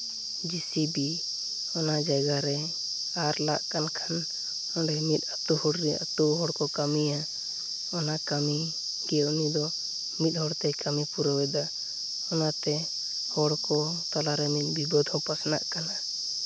JCB ᱚᱱᱟ ᱡᱟᱭᱜᱟ ᱨᱮ ᱟᱨ ᱞᱟᱜ ᱠᱟᱱ ᱠᱷᱟᱱ ᱚᱸᱰᱮ ᱢᱤᱫ ᱟᱛᱳ ᱦᱚᱲ ᱨᱮᱭᱟᱜ ᱢᱤᱫ ᱟᱛᱳ ᱦᱚᱲ ᱠᱚ ᱠᱟᱹᱢᱤᱭᱟ ᱚᱱᱟ ᱠᱟᱹᱢᱤ ᱜᱮ ᱩᱱᱤ ᱫᱚ ᱢᱤᱫ ᱦᱚᱲ ᱛᱮ ᱠᱟᱹᱢᱤ ᱯᱩᱨᱟᱹᱣᱮᱫᱟ ᱚᱱᱟᱛᱮ ᱦᱚᱲ ᱠᱚ ᱛᱟᱞᱟᱨᱮ ᱢᱤᱫ ᱵᱤᱵᱟᱹᱫ ᱦᱚᱸ ᱯᱟᱥᱱᱟᱜ ᱠᱟᱱᱟ